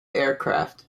aircraft